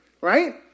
Right